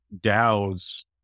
Dow's